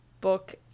book